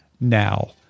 now